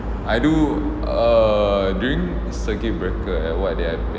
I do err during the circuit breaker at what they are